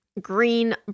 green